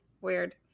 Weird